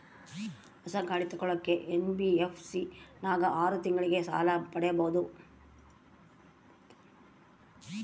ಹೊಸ ಗಾಡಿ ತೋಗೊಳಕ್ಕೆ ಎನ್.ಬಿ.ಎಫ್.ಸಿ ನಾಗ ಆರು ತಿಂಗಳಿಗೆ ಸಾಲ ಪಡೇಬೋದ?